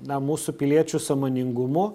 na mūsų piliečių sąmoningumu